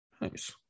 Nice